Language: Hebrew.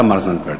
תמר זנדברג.